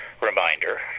reminder